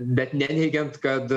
bet neneigiant kad